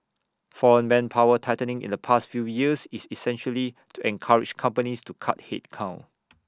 foreign manpower tightening in the past few years is essentially to encourage companies to cut headcount